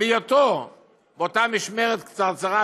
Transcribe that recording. באותה משמרת קצרצרה,